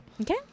Okay